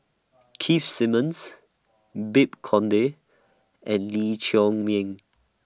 Keith Simmons Babes Conde and Lee Chiaw Meng